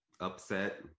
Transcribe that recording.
upset